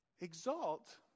exalt